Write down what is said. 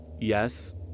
yes